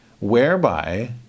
Whereby